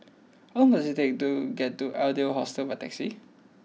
how long does it take to get to Adler Hostel by taxi